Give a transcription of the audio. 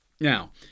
Now